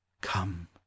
Come